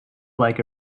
like